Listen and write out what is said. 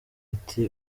miti